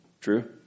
True